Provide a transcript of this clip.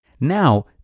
Now